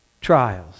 trials